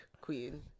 queen